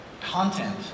content